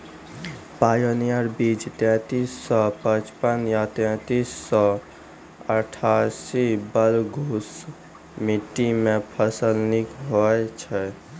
Pioneer बीज तेंतीस सौ पचपन या तेंतीस सौ अट्ठासी बलधुस मिट्टी मे फसल निक होई छै?